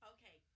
Okay